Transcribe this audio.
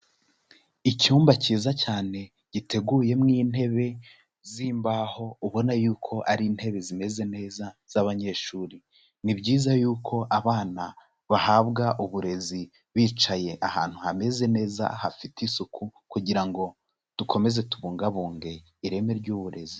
Icyumba cyiza cyane giteguyemo intebe z'imbaho ubona y'uko ari intebe zimeze neza z'abanyeshuri, ni byiza y'uko abana bahabwa uburezi bicaye ahantu hameze neza hafite isuku kugira ngo dukomeze tubungabunge ireme ry'uburezi.